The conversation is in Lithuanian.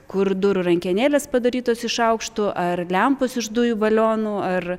kur durų rankenėlės padarytos iš šaukštų ar lempos iš dujų balionų ar